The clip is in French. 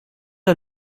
est